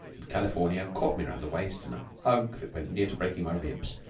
and california caught me round the waist in a hug that went near to breaking my ribs,